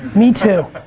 me too.